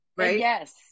Yes